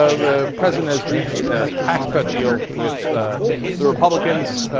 so the president has reached a tax cut deal with ah the republicans,